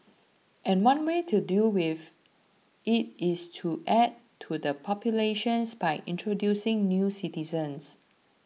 and one way to deal with it is to add to the populations by introducing new citizens